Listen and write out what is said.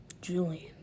Julian